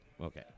Okay